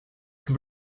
can